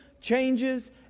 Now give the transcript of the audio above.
changes